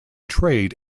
trade